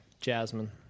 Jasmine